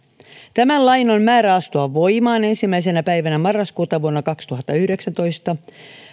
tämän lain on määrä astua voimaan ensimmäisenä päivänä marraskuuta kaksituhattayhdeksäntoista